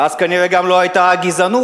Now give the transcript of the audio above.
ואז כנראה גם לא היתה גזענות.